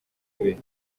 kure